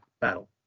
battle